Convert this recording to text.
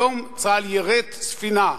היום צה"ל יירט ספינה.